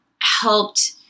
helped